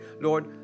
Lord